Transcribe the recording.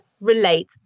relate